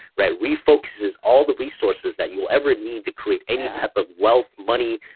refocuses all the resources that you will ever need to create any type of wealth, money,